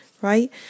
right